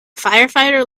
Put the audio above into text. firefighter